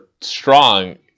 strong